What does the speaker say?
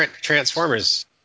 Transformers